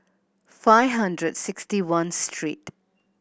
five hundred sixty one street